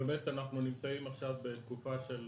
באמת אנחנו נמצאים עכשיו בתקופה של